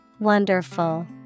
Wonderful